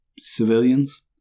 civilians